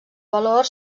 valor